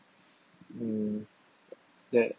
mm that